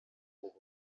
ubuntu